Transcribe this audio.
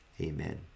Amen